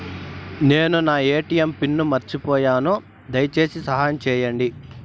నేను నా ఎ.టి.ఎం పిన్ను మర్చిపోయాను, దయచేసి సహాయం చేయండి